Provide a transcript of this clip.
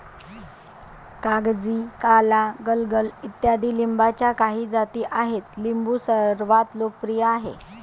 कागजी, काला, गलगल इत्यादी लिंबाच्या काही जाती आहेत लिंबू सर्वात लोकप्रिय आहे